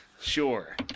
Sure